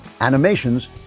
Animations